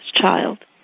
child